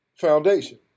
Foundation